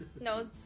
no